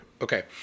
Okay